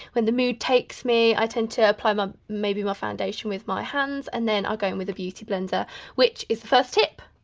when the mood takes me i tend to apply maybe my foundation with my hands and then i go in with a beauty blender which is the first tip.